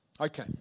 Okay